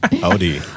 Howdy